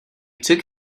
took